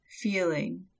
feeling